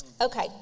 Okay